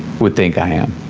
would think i am.